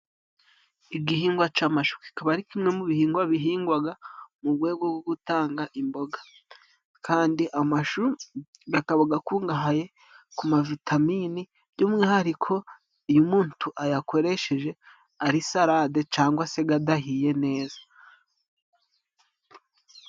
Igihingwa c'amashu kikaba ari kimwe mu bihingwa bihingwaga mu gwego go gutanga imboga, kandi amashu gakaba gakungahaye ku mavitamine by'umwihariko iyo umuntu ayakoresheje ari salade cangwa se gadahiye neza.